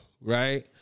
Right